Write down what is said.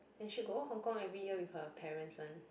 and she go Hong-Kong every year with her parents one